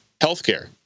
healthcare